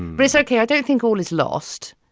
chris. okay. i don't think all is lost.